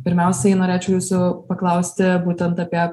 pirmiausiai norėčiau jūsų paklausti būtent apie